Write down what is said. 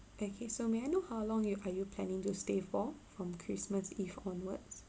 vaca~ so may I know how long you are you planning to stay for from christmas eve onwards